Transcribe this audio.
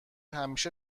همیشه